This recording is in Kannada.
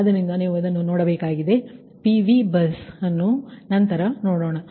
ಆದ್ದರಿಂದ ನೀವು ಇದನ್ನು ನೋಡಬೇಕಾಗಿದೆ ನಿಮ್ಮ PV ಬಸ್ಅನ್ನು ನಾವು ನಂತರ ನೋಡೋಣ